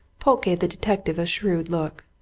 polke gave the detective a shrewd look.